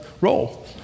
role